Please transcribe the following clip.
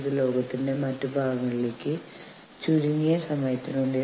ചില പ്രതികൂലമായ പ്രത്യാഘാതങ്ങൾ ഉണ്ടാകാൻ സാധ്യതയുണ്ട്